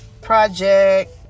project